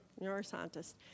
neuroscientist